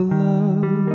love